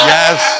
Yes